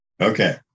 Okay